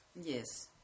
Yes